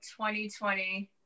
2020